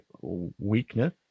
weakness